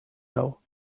know